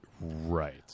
right